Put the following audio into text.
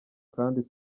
kandi